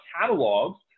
catalogs